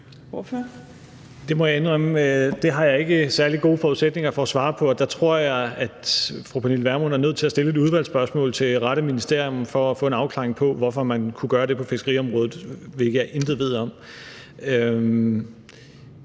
Det må jeg indrømme jeg ikke har særlig gode forudsætninger for at svare på. Der tror jeg, at fru Pernille Vermund er nødt til at stille et udvalgsspørgsmål til rette ministerium for at få en afklaring på, hvorfor man kunne gøre det på fiskeriområdet, hvilket jeg intet ved om.